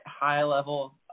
high-level